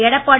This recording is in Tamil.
எடப்பாடி